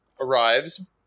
arrives